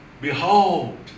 Behold